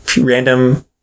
random